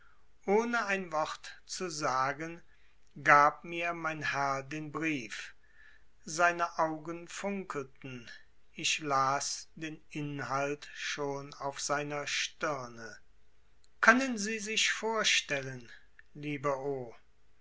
ohne ein wort zu sagen gab mir mein herr den brief seine augen funkelten ich las den inhalt schon auf seiner stirne können sie sich vorstellen lieber o